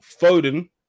Foden